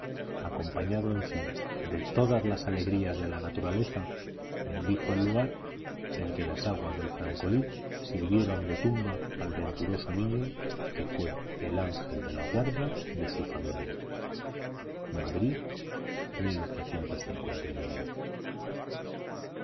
acompañado en fin de todas las alegrías de la naturaleza bendijo el lugar en que las aguas del francolí sirvieron de tumba al venturoso niño que fue el ángel de la guarda de su familia madrid i